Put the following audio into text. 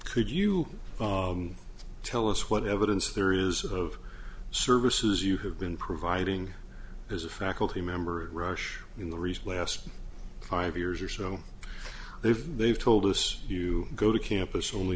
could you tell us what evidence there is of services you have been providing as a faculty member at rush in the recent last five years or so they've they've told us you go to campus only